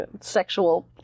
sexual